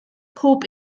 pob